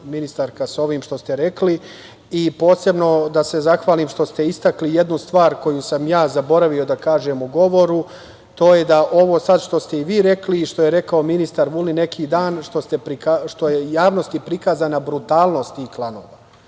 ministarka, sa ovim što ste rekli, i posebno da se zahvalim što ste istakli jednu stvar koju sam ja zaboravio da kažem u govoru, to je da ovo sad što ste i vi rekli i što je rekao ministar Vulin neki dan, što je i javnosti prikazana brutalnost tih klanova.